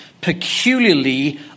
peculiarly